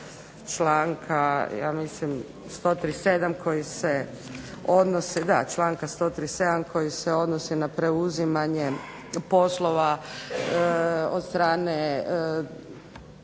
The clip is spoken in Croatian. članka 137. koji se odnosi na preuzimanje poslova od strane